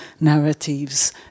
narratives